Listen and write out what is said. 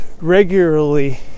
regularly